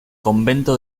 convento